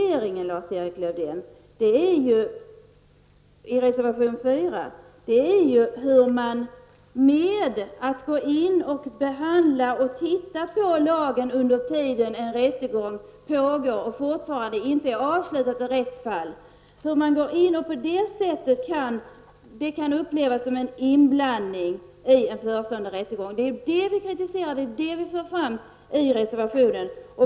Erik Lövdén, är ju hur man, genom att gå in och behandla och titta på lagen under tiden som en rättegång pågår och fortfarande inte är ett avslutat rättsfall, kan få det att upplevas som en inblandning i en förestående rättegång. Det är detta vi kritiserar och för fram i reservationen.